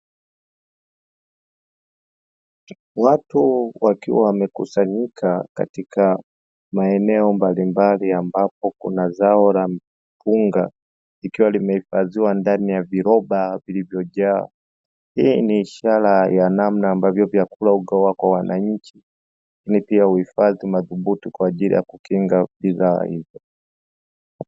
Watu wakiwa wamekusanyika katika maeneo mbalimbali ambapo kuna zao la mpunga likiwa limehifadhiwa ndani ya viroba vilivyojaa, hii ni ishara ya namna ambavyo vyakula hutoka kwa wananchi na uhifadhi madhubuti kwa ajili ya kukinga bidhaa hizo.